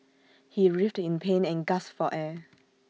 he writhed in pain and gasped for air